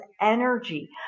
energy